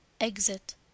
Exit